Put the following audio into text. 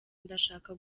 ndashaka